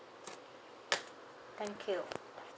thank you